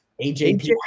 AJ